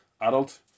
adult